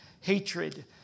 hatred